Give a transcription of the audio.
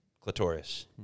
clitoris